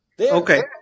Okay